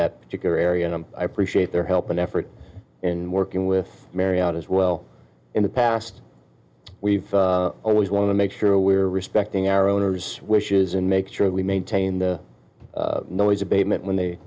that particular area and i appreciate their help and effort in working with maryon as well in the past we always want to make sure we are respecting our owners wishes and make sure we maintain the noise abatement when they